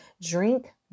drink